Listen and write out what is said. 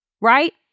right